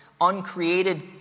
uncreated